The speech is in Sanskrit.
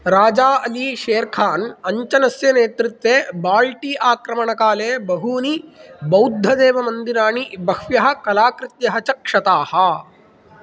राजा अली शेर् खान् अञ्जनस्य नेतृत्वे बाल्टी आक्रमणकाले बहूनि बौद्धदेवमन्दिराणि बह्व्यः कलाकृतयः च क्षताः